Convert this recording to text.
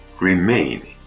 remain